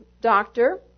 doctor